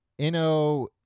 ino